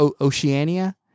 Oceania